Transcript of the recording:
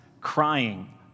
crying